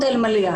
אלמליח.